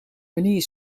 manier